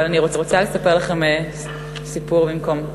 אבל אני רוצה לספר לכם סיפור במקום זה.